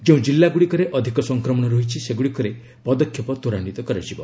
ଯେଉଁ ଜିଲ୍ଲାଗୁଡ଼ିକରେ ଅଧିକ ସଂକ୍ରମଣ ରହିଛି ସେଗୁଡ଼ିକରେ ପଦକ୍ଷେପ ତ୍ୱରାନ୍ଧିତ କରାଯିବ